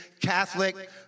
Catholic